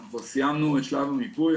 אנחנו כבר סיימנו את שלב המיפוי,